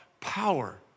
power